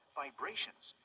vibrations